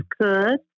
good